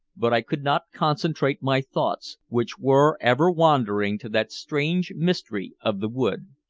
but i could not concentrate my thoughts, which were ever wandering to that strange mystery of the wood.